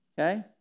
okay